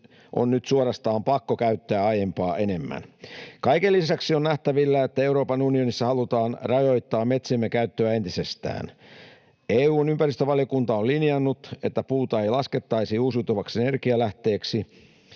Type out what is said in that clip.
on nyt suorastaan pakko käyttää aiempaa enemmän. Kaiken lisäksi on nähtävillä, että Euroopan unionissa halutaan rajoittaa metsiemme käyttöä entisestään. EU:n ympäristövaliokunta on linjannut, että puuta ei laskettaisi uusiutuvaksi energianlähteeksi.